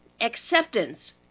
acceptance